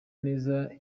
neza